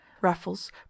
Raffles